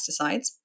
pesticides